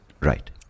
Right